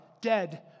dead